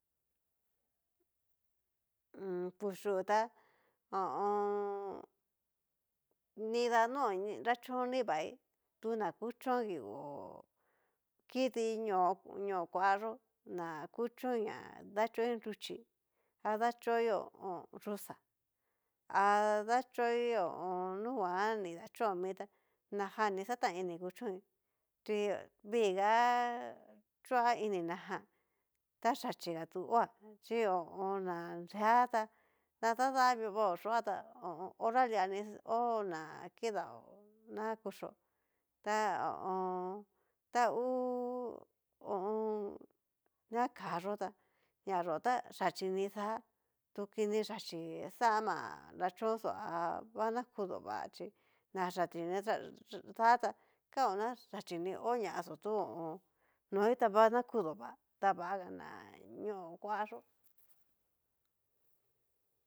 Pus yú ta ho o on. nida no nrachón nrivaí, tu na kuchonngi hú kidi ñóo ñóo kuayó na kuchoin ña dachoí nruchí, adachói yuxá ha dachoi ho o on. nunguan ni dachó mi tá, najan ni xataini kuchoin chi viiga choá ini na jan ta yaxhiga tu ho'a xhina nrea ta na dadavoío yuá ta ho o on. horaliani ho n kidaó na kuxhio, ta ho o on. ta hú ho o on. na ká yá tá naxó ta yachí ni dá tu kini yachi xama nrachónxó ha va kudo vá chí nayachi ni dá ta kao na yaxhi ni ho ñayó tu ho o on. noi ta va nakudó vá ta vanga ñóo kua yó.